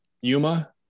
Yuma